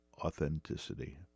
authenticity